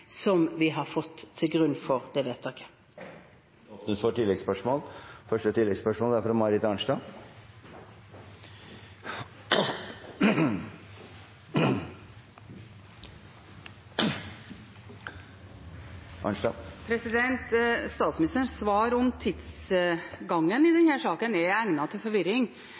som vi har fått, til grunn for det vedtaket. Det blir gitt anledning til oppfølgingsspørsmål – først Marit Arnstad. Statsministerens svar om tidsgangen i denne saken er egnet for forvirring.